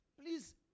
Please